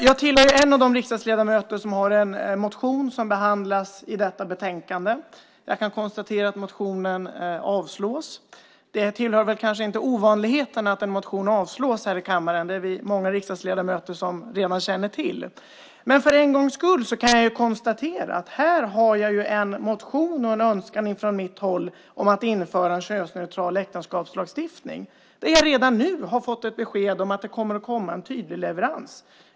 Jag är en av de riksdagsledamöter som har en motion som behandlas i detta betänkande. Jag kan konstatera att motionen avstyrks. Det tillhör kanske inte ovanligheterna att en motion avstyrks. Det är vi många riksdagsledamöter som redan känner till. Men för en gångs skull kan jag konstatera att här har jag en motion och en önskan från mitt håll om att införa en könsneutral äktenskapslagstiftning, och jag har redan nu fått ett besked om att det kommer att komma en tydlig leverans.